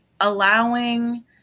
allowing